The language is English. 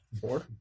four